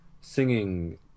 singing